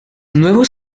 nuevos